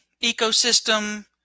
ecosystem